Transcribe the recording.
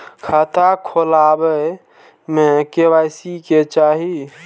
खाता खोला बे में के.वाई.सी के चाहि?